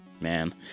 man